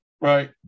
Right